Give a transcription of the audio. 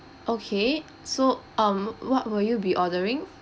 okay so um what will you be ordering